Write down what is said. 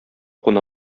куна